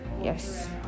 Yes